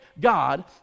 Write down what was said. God